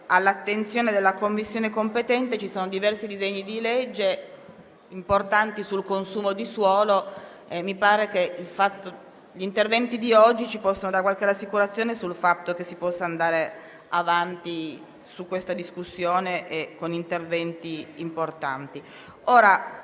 all'attenzione della Commissione competente ci sono diversi disegni di legge importanti sul consumo di suolo e mi pare che gli interventi di oggi ci possano dare qualche rassicurazione sul fatto che si possa andare avanti con questa discussione e con interventi importanti.